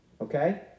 okay